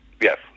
Yes